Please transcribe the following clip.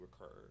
occur